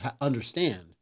understand